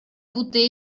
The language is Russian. будто